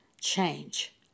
Change